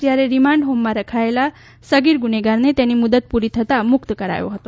જયારે રિમાન્ડ હોમમાં રખાયેલા સગીર ગુનેગારને તેની મુદત પૂરી થતાં મુક્ત કરાયો હતો